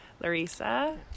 Larissa